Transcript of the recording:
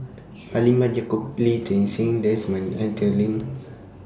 Halimah Yacob Lee Ti Seng Desmond and Arthur Lim